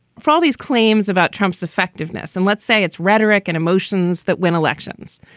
for all these claims about trump's effectiveness and let's say it's rhetoric and emotions that win elections.